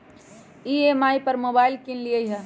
हम ई.एम.आई पर मोबाइल किनलियइ ह